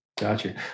Gotcha